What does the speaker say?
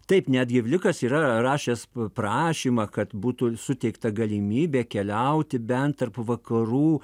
taip netgi vlikas yra rašęs prašymą kad būtų suteikta galimybė keliauti bent tarp vakarų